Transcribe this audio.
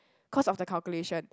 cause of the calculation